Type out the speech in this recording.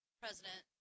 president